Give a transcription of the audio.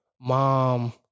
mom